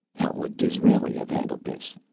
how would disraeli have handled this?